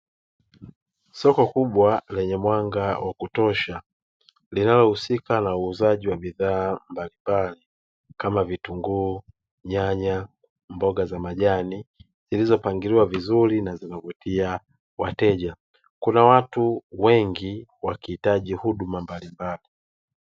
Soko kubwa lenye mwanga wa kutosha, linalohusika na uuzaji wa bidhaa mbalimbali, kama: vitunguu, nyanya, mboga za majani zilizopangiliwa vizuri na zinavutia wateja, kuna watu wengi wakihitaji huduma mbalimbali.